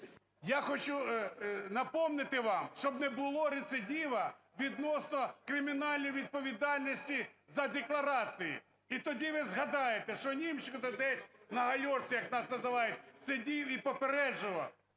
Я хочу напомнити вам, щоб не було рецидиву відносно кримінальної відповідальності за декларації. І тоді ви згадаєте, що Німченко десь на гальорці, як нас називають, сидів і попереджував.